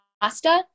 pasta